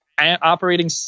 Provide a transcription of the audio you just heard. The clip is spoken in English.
operating